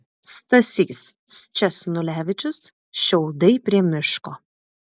stasys sčesnulevičius šiaudai prie miško